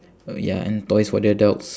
oh ya and toys for the adults